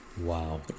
Wow